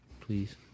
Please